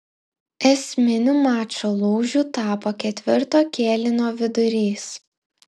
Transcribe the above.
esminiu mačo lūžiu tapo ketvirto kėlinio vidurys